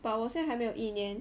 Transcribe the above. but 我现在还没有一年